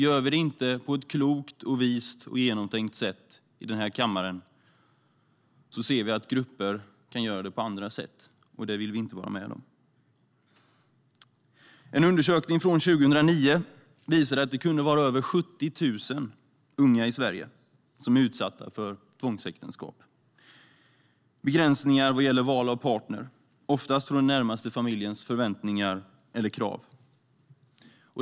Gör vi det inte på ett klokt och genomtänkt sätt i den här kammaren ser vi att grupper kan göra det på andra sätt, och det vill vi inte vara med om. En undersökning från 2009 visade att det då kunde vara över 70 000 unga i Sverige som var utsatta för tvångsäktenskap eller begränsningar vad gäller val av partner, oftast på grund av den närmaste familjens förväntningar eller krav.